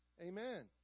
Amen